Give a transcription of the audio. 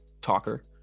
talker